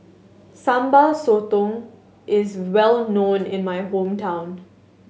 Sambal Sotong is well known in my hometown